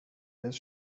des